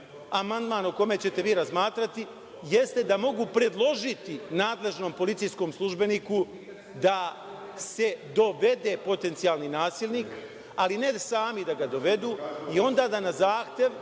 amandman o kome ćete vi razmatrati, jeste da mogu predložiti nadležnom policijskom službeniku da se dovede potencijalni nasilnik, ali ne sami da ga dovedu i onda da na zahtev